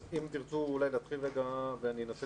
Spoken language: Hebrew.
בקרב ילדים עד גיל 9 הסיכוי להידבק הוא נמוך